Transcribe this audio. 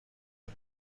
کنی